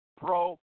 pro